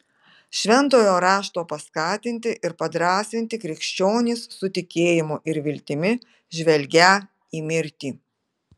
šventojo rašto paskatinti ir padrąsinti krikščionys su tikėjimu ir viltimi žvelgią į mirtį